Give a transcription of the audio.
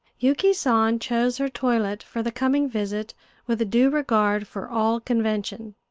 yuki san chose her toilet for the coming visit with due regard for all convention.